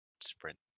sprint